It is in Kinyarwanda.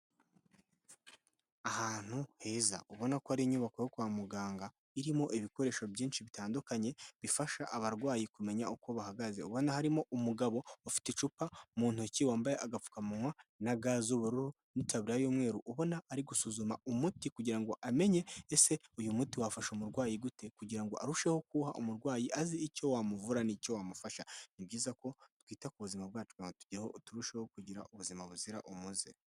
Ahantu heza ubona ko ari inyubako yo kwa muganga irimo ibikoresho byinshi bitandukanye bifasha abarwayi kumenya uko bahagaze, ubona harimo umugabo ufite icupa mu ntoki wambaye agapfukamunwa na ga z'ubururu n'itabura y'umweru, ubona ari gusuzuma umuti kugira ngo amenye ese uyu muti wafasha umurwayi gute kugira ngo arusheho kuwuha umurwayi azi icyo wamuvura n'icyo wamufasha ni byiza ko twita ku buzima bwacujyaho turusheho kugira ubuzima buzira umuze.